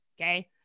Okay